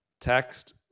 text